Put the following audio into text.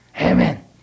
Amen